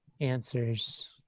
answers